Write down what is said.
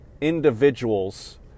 individuals